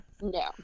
No